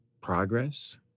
progress